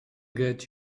get